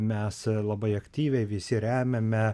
mes labai aktyviai visi remiame